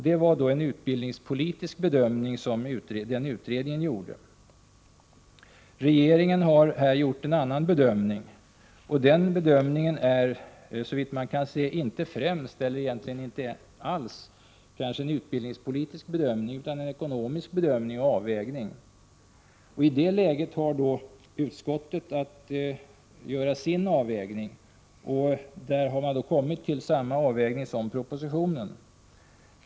Det var en utbildningspolitisk bedömning som utredningen gjorde. Regeringen har gjort en annan bedömning. Den bedömningen är, såvitt jag kan se, inte främst, eller egentligen inte alls, en utbildningspolitisk bedömning utan en ekonomisk avvägning. I det läget hade då utskottet att göra sin avvägning. Man har kommit fram till samma avvägning som i propositionen.